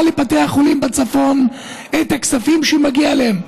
לבתי החולים בצפון את הכספים שמגיעים להם.